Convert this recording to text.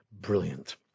brilliant